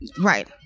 Right